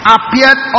Appeared